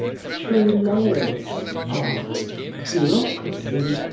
through layers of bureaucracy.